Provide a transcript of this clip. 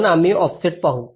पण आम्ही ऑफसेट पाहू